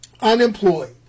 Unemployed